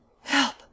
Help